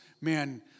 Man